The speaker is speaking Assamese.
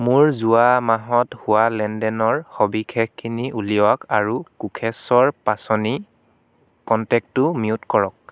মোৰ যোৱা মাহত হোৱা লেনদেনৰ সবিশেষখিনি উলিয়াওক আৰু কোষেশ্বৰ পাচনি কণ্টেকটো মিউট কৰক